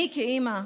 אני, כאימא,